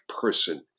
person